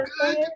good